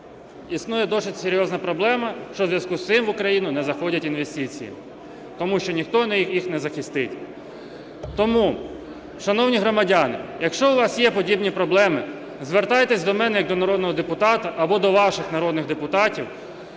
існує досить серйозна проблема, що у зв'язку з цим в Україну не заходять інвестиції, тому що ніхто їх не захистить. Тому, шановні громадяни, якщо у вас є подібні проблеми, звертайтесь до мене як до народного депутата або до ваших народних депутатів,